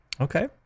Okay